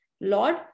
Lord